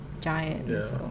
giant